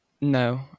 No